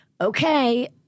okay